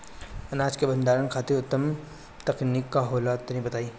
अनाज के भंडारण खातिर उत्तम तकनीक का होला तनी बताई?